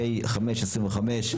פ/5/25,